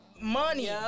money